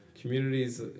communities